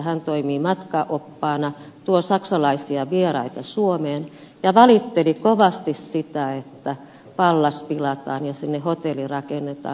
hän toimii matkaoppaana tuo saksalaisia vieraita suomeen ja valitteli kovasti sitä että pallas pilataan kun sinne hotelli rakennetaan